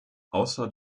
außer